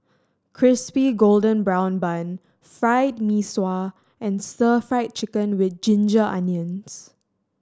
Crispy Golden Brown Bun Fried Mee Sua and Stir Fried Chicken With Ginger Onions